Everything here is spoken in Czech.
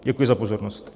Děkuji za pozornost.